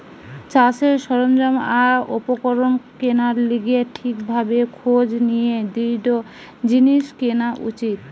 চাষের সরঞ্জাম আর উপকরণ কেনার লিগে ঠিক ভাবে খোঁজ নিয়ে দৃঢ় জিনিস কেনা উচিত